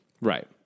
Right